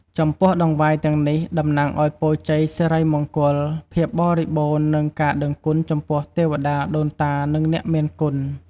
ចំពោះតង្វាយទាំងនេះ តំណាងឱ្យពរជ័យសិរីមង្គលភាពបរិបូរណ៍និងការដឹងគុណចំពោះទេវតាដូនតានិងអ្នកមានគុណ។